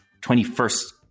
21st